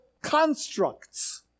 constructs